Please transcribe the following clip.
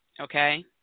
okay